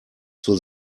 zur